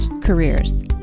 careers